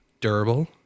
Durable